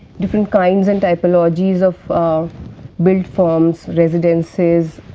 different kinds and typologies of of built forms residences,